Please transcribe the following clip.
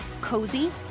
COZY